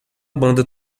banda